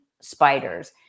spiders